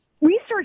Research